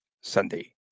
Sunday